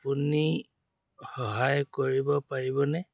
আপুনি সহায় কৰিব পাৰিবনে